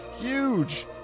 Huge